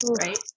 right